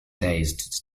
days